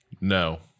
No